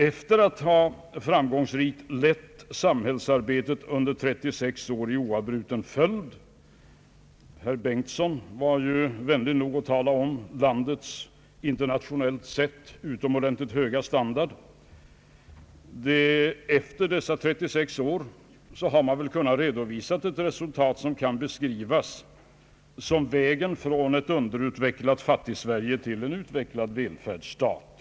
Efter att framgångsrikt ha lett samhällsarbetet under 36 år i oavbruten följd — herr Bengtson var vänlig nog att tala om vårt lands internationellt sett utomordentligt höga standard — har socialdemokratin kunnat redovisa ett resultat som kan beskrivas som vägen från ett underutvecklat Fattigsverige till en utvecklad välfärdsstat.